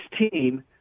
team